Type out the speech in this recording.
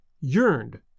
yearned